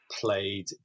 played